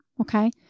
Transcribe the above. okay